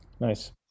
Nice